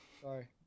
sorry